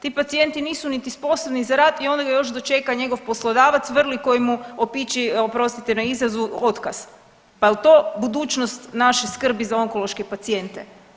Ti pacijenti nisu niti sposobni za rad i onda ga još dočeka njegov poslodavac vrli koji mu opći oprostite na izrazu otkaz, pa jel to budućnost naše skrbi za onkološke pacijente.